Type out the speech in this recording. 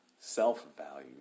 Self-value